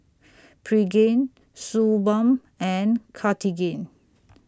Pregain Suu Balm and Cartigain